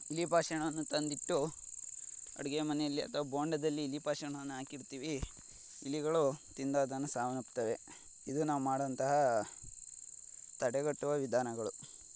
ಇಲಿ ಪಾಷಣವನ್ನು ತಂದಿಟ್ಟು ಅಡುಗೆ ಮನೆಯಲ್ಲಿ ಅಥವಾ ಬೋಂಡಾದಲ್ಲಿ ಇಲಿ ಪಾಷಣವನ್ನು ಹಾಕಿಡ್ತೀವಿ ಇಲಿಗಳು ತಿಂದು ಅದನ್ನು ಸಾವನ್ನಪ್ತವೆ ಇದು ನಾವು ಮಾಡೋ ಅಂತಹ ತಡೆಗಟ್ಟುವ ವಿಧಾನಗಳು